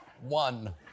ONE